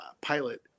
pilot